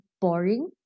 boring